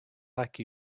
like